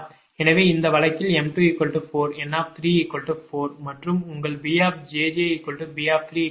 எனவே இந்த வழக்கில் m24 N34 மற்றும் உங்கள் BjjB33